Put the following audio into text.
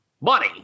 money